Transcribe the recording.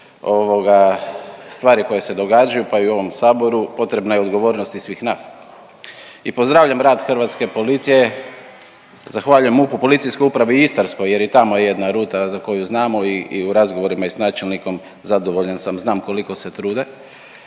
stvari koje se događaju, pa i u ovom saboru potrebna je odgovornost i svih nas. I pozdravljam rad hrvatske policije, zahvaljujem MUP-u PU Istarskoj jer i tamo je jedna ruta za koju znamo i u razgovorima i s načelnikom zadovoljan sam, znam koliko se trude